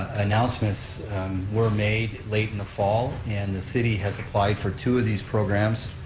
announcements were made late in the fall, and the city has applied for two of these programs,